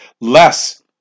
less